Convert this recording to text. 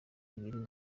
ibiri